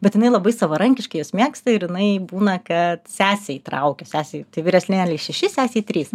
bet jinai labai savarankiškai juos mėgsta ir jinai būna kad sesę įtraukia sesei tai vyresnėlei šeši sesei trys